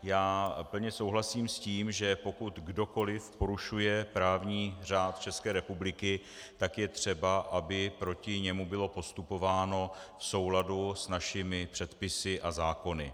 Já plně souhlasím s tím, že pokud kdokoli porušuje právní řád České republiky, tak je třeba, aby proti němu bylo postupováno v souladu s našimi předpisy a zákony.